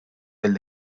del